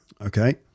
Okay